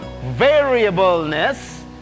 variableness